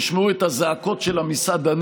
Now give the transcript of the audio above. תשמעו את הזעקות של המסעדנים,